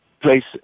place